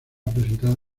presentada